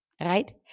Right